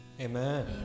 Amen